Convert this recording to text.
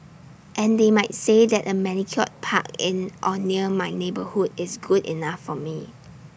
and they might say that A manicured park in or near my neighbourhood is good enough for me